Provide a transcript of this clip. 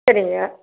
சரிங்க